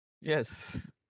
Yes